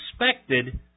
expected